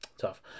tough